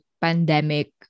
pandemic